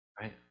right